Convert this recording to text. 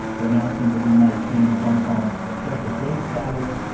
we're announcing that we might change hong kong's special trade status.